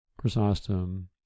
Chrysostom